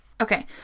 Okay